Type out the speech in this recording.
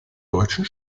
deutschen